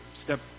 step